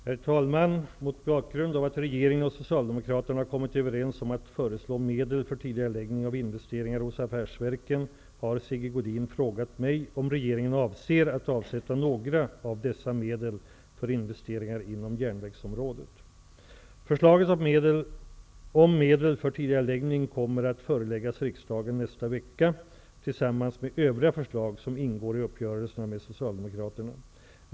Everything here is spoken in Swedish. Herr talman! Mot bakgrund av att regeringen och Socialdemokraterna har kommit överens om att föreslå medel för tidigareläggning av investeringar hos affärsverken har Sigge Godin frågat mig om regeringen avser att avsätta några av dessa medel för investeringar inom järnvägsområdet. Förslaget om medel för tidigareläggningar kommer att föreläggas riksdagen nästa vecka tillsammans med övriga förslag som ingår i uppgörelserna med Socialdemokraterna.